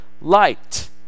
light